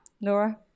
Laura